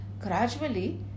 gradually